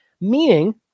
meaning